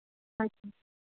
ਹਾ